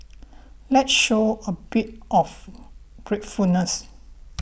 let's show a bit of gratefulness